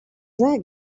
that